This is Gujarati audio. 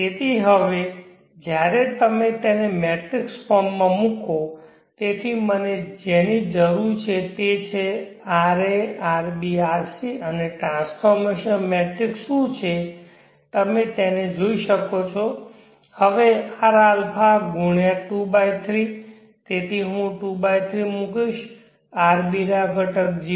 તેથી હવે જ્યારે તમે તેને મેટ્રિક્સ ફોર્મમાં મૂકો તેથી મને જેની જરૂર છે તે છે ra rb rc અને ટ્રાન્સફોર્મેશન મેટ્રિક્સ શું છે તમે તેને જોઈ શકો છો હવે rα ગુણ્યાં 23 તેથી હું 23 મૂકીશ rβ ઘટક 0